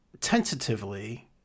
tentatively